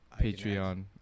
Patreon